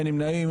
אין נמנעים.